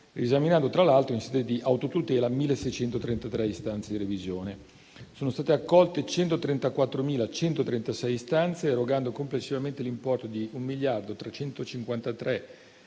riesaminando tra l'altro in sede di autotutela 1.633 istanze di revisione. Sono state accolte 134.136 istanze, erogando complessivamente l'importo di 1.353.832.529